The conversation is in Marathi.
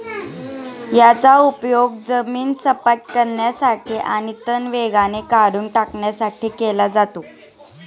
याचा उपयोग जमीन सपाट करण्यासाठी आणि तण वेगाने काढून टाकण्यासाठी केला जातो